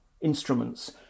instruments